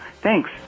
thanks